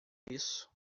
isso